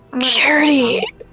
Charity